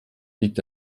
liegt